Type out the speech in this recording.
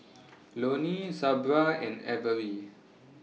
Loney Sabra and Averie